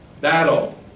battle